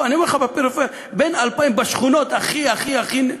אני אומר לך בפריפריה, בשכונות הכי הכי,